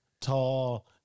tall